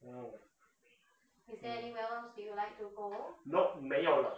nope 没有了